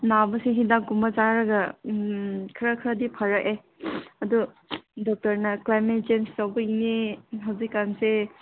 ꯅꯥꯕꯁꯨ ꯍꯤꯗꯥꯛ ꯀꯨꯝꯕ ꯆꯥꯔꯒ ꯎꯝ ꯈꯔ ꯈꯔꯗꯤ ꯐꯔꯛꯑꯦ ꯑꯗꯨ ꯗꯣꯛꯇꯔꯅ ꯀ꯭ꯂꯥꯏꯃꯦꯠ ꯆꯦꯟꯖ ꯇꯧꯕꯒꯤ ꯍꯧꯖꯤꯛ ꯀꯥꯟꯁꯦ